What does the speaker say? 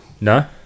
no